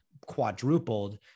quadrupled